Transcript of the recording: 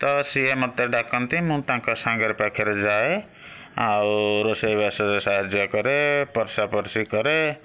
ତ ସିଏ ମୋତେ ଡ଼ାକନ୍ତି ମୁଁ ତାଙ୍କ ସାଙ୍ଗରେ ପାଖରେ ଯାଏ ଆଉ ରୋଷେଇ ବାସରେ ସାହାଯ୍ୟ କରେ ପରସା ପରସି କରେ